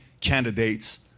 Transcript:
candidates